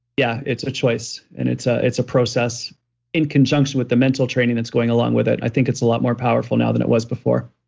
yeah, it's a choice and it's ah it's a process in conjunction with the mental training that's going along with it. i think it's a lot more powerful now than it was before